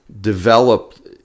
develop